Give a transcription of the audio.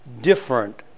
different